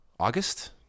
August